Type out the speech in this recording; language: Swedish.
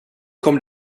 kom